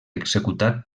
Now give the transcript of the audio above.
executat